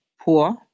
poor